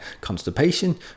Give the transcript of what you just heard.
constipation